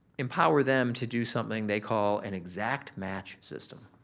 empower them to do something they call an exact match system,